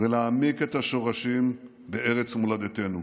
ולהעמיק את השורשים בארץ מולדתנו.